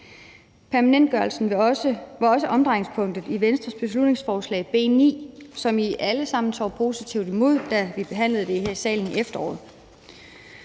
Permanentgørelsen var også omdrejningspunktet i Venstres beslutningsforslag B 9, som I alle sammen tog positivt imod, da vi behandlede det her i salen i efteråret.